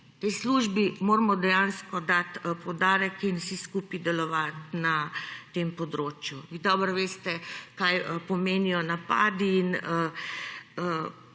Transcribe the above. Tej službi moramo dejansko dati poudarek in vsi skupaj delovati na tem področju. Vi dobro veste kaj pomenijo napadi in